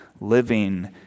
living